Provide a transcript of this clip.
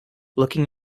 looking